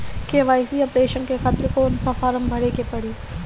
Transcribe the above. KYC updation के खातिर कौन सा फारम भरे के पड़ी?